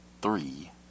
three